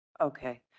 okay